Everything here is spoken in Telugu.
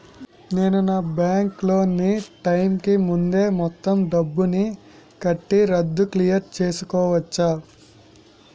నేను నా బ్యాంక్ లోన్ నీ టైం కీ ముందే మొత్తం డబ్బుని కట్టి రద్దు క్లియర్ చేసుకోవచ్చా?